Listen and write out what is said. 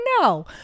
No